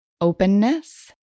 openness